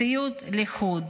מציאות לחוד.